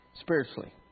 spiritually